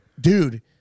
dude